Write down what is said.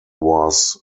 was